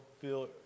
feel